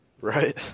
Right